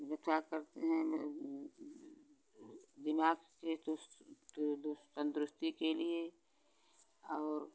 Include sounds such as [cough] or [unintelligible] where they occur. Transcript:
[unintelligible] करते हैं दिमाग के [unintelligible] तंदुरुस्ती के लिए और